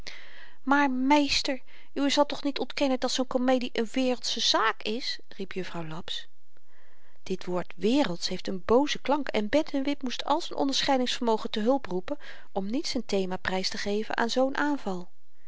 maar meester uwe zal toch niet ontkennen dat zoo'n komedie n wereldsche zaak is riep juffrouw laps dit woord wereldsch heeft n booze klank en pennewip moest al z'n onderscheidingsvermogen te hulp roepen om niet z'n thema prys te geven aan zoo'n aanval